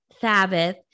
Sabbath